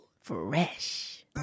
Fresh